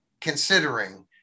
considering